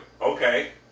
Okay